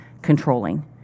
Controlling